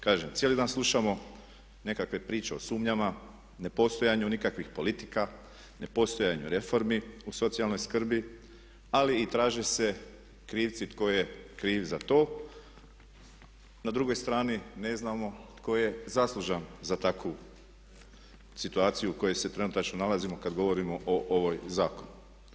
Kažem cijeli dan slušamo nekakve priče o sumnjama, o nepostojanju nikakvih politika, nepostojanju reformi u socijalnoj skrbi ali i traže se krivci tko je kriv za to, na drugoj strani ne znamo tko je zaslužan za takvu situaciju u kojoj se trenutačno nalazimo kad govorimo o ovom zakonu.